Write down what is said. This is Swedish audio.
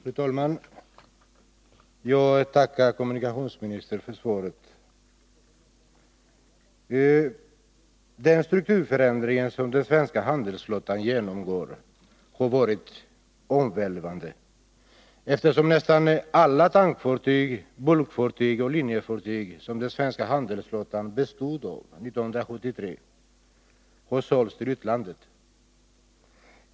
Fru talman! Jag tackar kommunikationsministern för svaret på min fråga. Den strukturförändring som den svenska handelsflottan genomgår har varit omvälvande, eftersom nästan alla tankfartyg, bulkfartyg och linjefartyg som den svenska handelsflottan bestod av 1973 har sålts till utlandet.